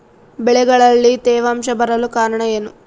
ಬೆಳೆಗಳಲ್ಲಿ ತೇವಾಂಶ ಬರಲು ಕಾರಣ ಏನು?